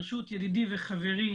ברשות ידידי וחברי